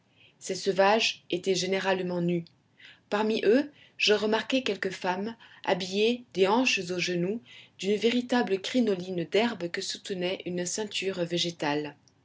ces sauvages étaient généralement nus parmi eux je remarquai quelques femmes habillées des hanches au genou d'une véritable crinoline d'herbes que soutenait une ceinture végétale